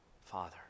Father